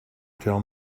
tell